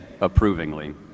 approvingly